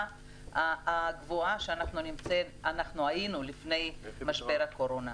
הגבוהה שבה היינו לפני משבר הקורונה.